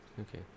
Okay